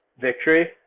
victory